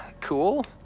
cool